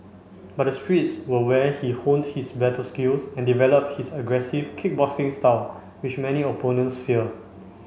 but the streets were where he honed his battle skills and developed his aggressive kickboxing style which many opponents fear